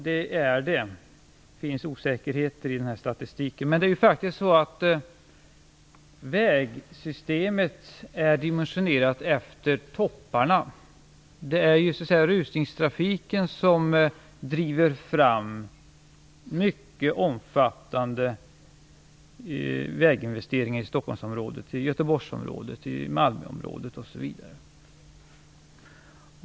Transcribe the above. Det finns en del i statistiken som är osäkert. Vägsystemet är faktiskt dimensionerat efter topparna. Rusningstrafiken driver så att säga fram mycket omfattande väginvesteringar i Stockholms-, Göteborgs-, Malmöområdet osv.